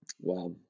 Wow